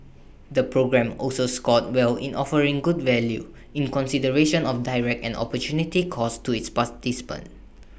the programme also scored well in offering good value in consideration of direct and opportunity costs to its participants